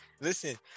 listen